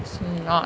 it's not